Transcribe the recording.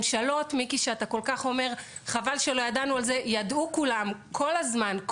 הממשלות שאתה כל כך אומר: חבל שלא ידענו על זה; ידעו כולם כל הזמן,